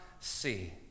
see